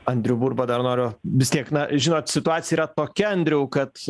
andrių burbą dar noriu vis tiek na žinot situacija yra tokia andriau kad